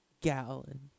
Gallon